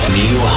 new